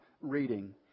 reading